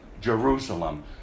Jerusalem